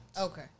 Okay